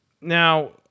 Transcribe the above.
now